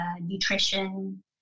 nutrition